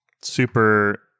super